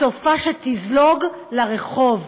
סופה שתזלוג לרחוב.